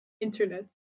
internet